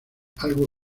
algo